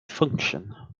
function